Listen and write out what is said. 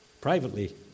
privately